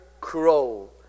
crow